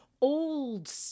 old